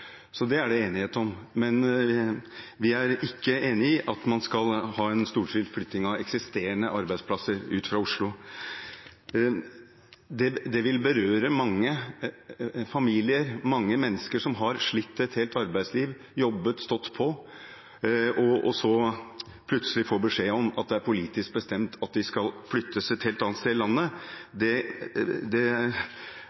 det enighet om. Men vi er ikke enig i at man skal ha en storstilt flytting av eksisterende arbeidsplasser ut fra Oslo. Det vil berøre mange familier, mange mennesker som har slitt et helt arbeidsliv, jobbet og stått på. Plutselig å få beskjed om at det er politisk bestemt at de skal flyttes et helt annet sted i landet